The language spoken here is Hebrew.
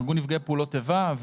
ארגון נפגעי פעולות איבה,